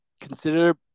consider